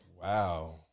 Wow